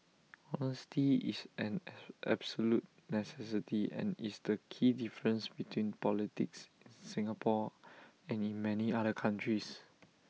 honesty is an absolute necessity and is the key difference between politics in Singapore and in many other countries